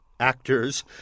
Actors